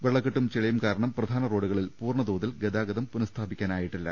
വെള്ള ക്കെട്ടും ചെളിയും കാരണം പ്രധാന റോഡുകളിൽ പൂർണതോതിൽ ഗതാഗതം പുനസ്ഥാപിക്കാനായില്ല